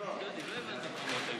גברתי היושבת-ראש,